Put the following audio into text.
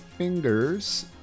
fingers